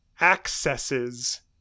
accesses